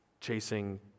chasing